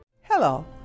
Hello